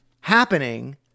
happening